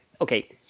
Okay